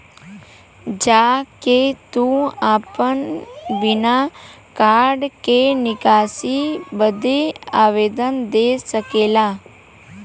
जा के तू आपन बिना कार्ड के निकासी बदे आवेदन दे सकेला